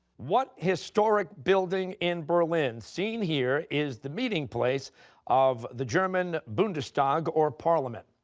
what historic building in berlin, seen here, is the meeting place of the german bundestag, or parliament?